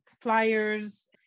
flyers